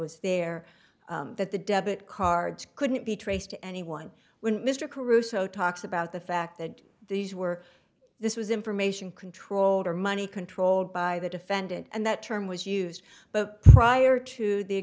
was there that the debit cards couldn't be traced to anyone when mr caruso talks about the fact that these were this was information controlled or money controlled by the defendant and that term was used but prior to the